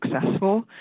successful